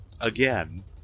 Again